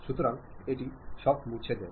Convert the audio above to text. সুতরাং এটি সব মুছে দেয়